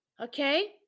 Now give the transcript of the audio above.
okay